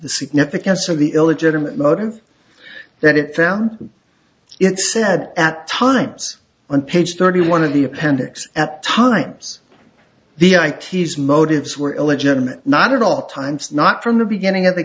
the significance of the illegitimate motives that it found it said at times on page thirty one of the appendix at times the ickes motives were illegitimate not at all times not from the beginning of the